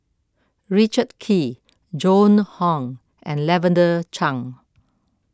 Richard Kee Joan Hon and Lavender Chang